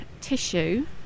tissue